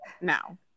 now